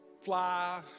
fly